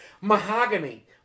mahogany